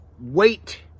wait